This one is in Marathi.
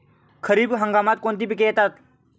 खरीप हंगामात कोणती पिके येतात?